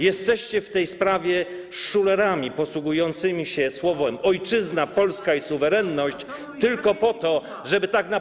Jesteście w tej sprawie szulerami posługującymi się słowami: ojczyzna, Polska i suwerenność tylko po to, żeby tak naprawdę.